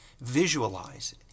visualize